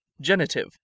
Genitive